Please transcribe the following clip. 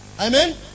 Amen